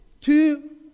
two